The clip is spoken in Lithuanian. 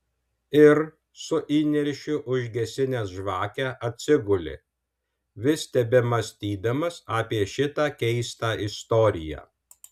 ir su įniršiu užgesinęs žvakę atsigulė vis tebemąstydamas apie šitą keistą istoriją